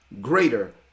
greater